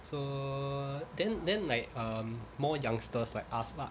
so then then like um more youngsters like ask lah